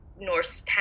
Norse